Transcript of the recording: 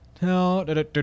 No